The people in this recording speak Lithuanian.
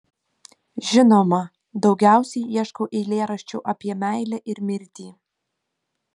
žinoma daugiausiai ieškau eilėraščių apie meilę ir mirtį